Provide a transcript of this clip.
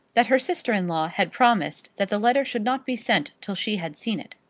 that her sister-in-law had promised that the letter should not be sent till she had seen it.